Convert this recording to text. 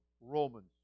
Romans